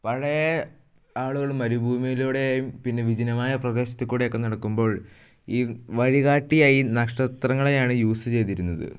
പഴയ ആളുകൾ മരുഭൂമിയിലൂടെയും പിന്നെ വിജനമായ പ്രദേശത്ത് കൂടെയൊക്കെ നടക്കുമ്പോൾ ഈ വഴികാട്ടിയായി നക്ഷത്രങ്ങളെയാണ് യൂസ് ചെയ്തിരുന്നത്